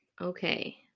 okay